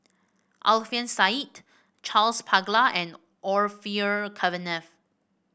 Alfian Sa'at Charles Paglar and Orfeur Cavenagh